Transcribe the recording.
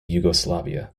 yugoslavia